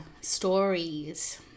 stories